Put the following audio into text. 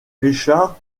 richards